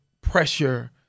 pressure